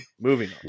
Moving